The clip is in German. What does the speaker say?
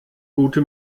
gute